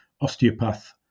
osteopath